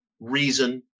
reason